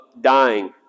dying